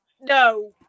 No